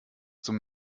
zum